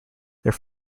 their